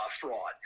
fraud